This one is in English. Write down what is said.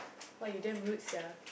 !wah! you damn rude sia